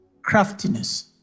craftiness